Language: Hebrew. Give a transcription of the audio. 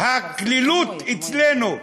הקלילות אצלנו,